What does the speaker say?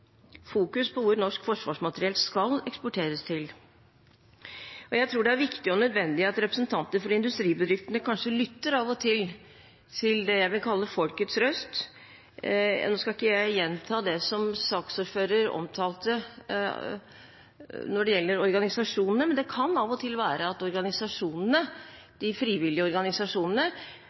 fokus på hvor norsk forsvarsmateriell skal eksporteres. Jeg tror det er viktig og nødvendig at representanter for industribedriftene kanskje av og til lytter til det jeg vil kalle folkets røst. Nå skal ikke jeg gjenta det som saksordføreren omtalte når det gjelder organisasjonene, men det kan av og til være at de frivillige organisasjonene